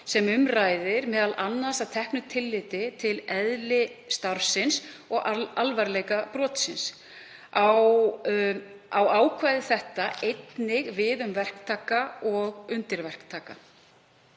sem um ræðir, m.a. að teknu tilliti til eðlis starfsins og alvarleika brotsins. Á ákvæði þetta einnig við um verktaka og undirverktaka.